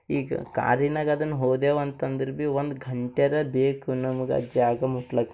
ಈಗ ಕಾರಿನಾಗೆ ಅದನ್ನು ಹೋದೆವು ಅಂತಂದರೆ ಭೀ ಒಂದು ಗಂಟ್ಯಾರ ಬೇಕು ನಮಗೆ ಆ ಜಾಗ ಮುಟ್ಲಿಕ್